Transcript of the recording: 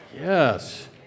Yes